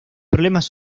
problemas